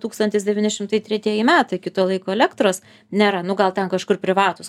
tūkstantis devyni šimtai tretieji metai iki to laiko elektros nėra nu gal ten kažkur privatūs